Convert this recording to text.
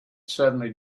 suddenly